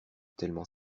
tellement